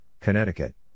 Connecticut